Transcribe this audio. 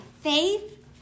faith